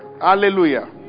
Hallelujah